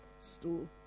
stool